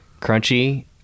crunchy